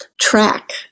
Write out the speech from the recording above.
Track